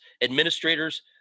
administrators